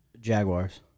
Jaguars